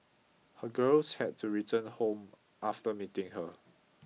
her girls had to return home after meeting her